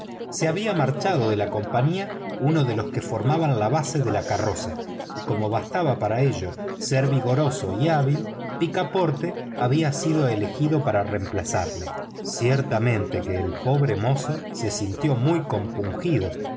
se había marchado de la compañía uno de los que formaban la base de la carroza y como bastaba para ello ser vigoroso y hábil picaporte había sido elegido para reemplazarlo ciertamente que el pobre mozo se sintió muy compungido